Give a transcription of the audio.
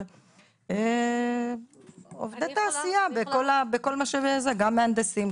אבל עובדי תעשייה - גם מהנדסים,